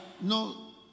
no